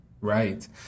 Right